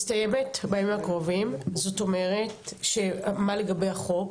מסתיימת בימים הקרובים, זאת אומרת שמה לגבי החוק?